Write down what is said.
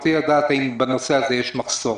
רציתי לדעת האם בנושא הזה יש מחסור.